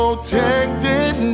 protected